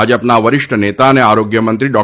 ભાજપના વરિષ્ઠ નેતા અને આરોગ્ય મંત્રી ડો